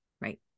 Right